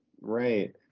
right